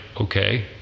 okay